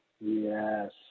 Yes